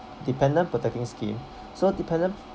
dependent protecting scheme so dependent